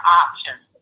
options